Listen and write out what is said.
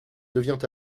devient